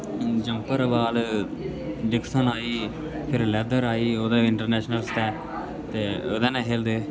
jumper ball डिक्सान आई फिर लैदर आई ओह्दे पर इंटेरनेशनल स्कैन ओह्दे ने खेलदे हे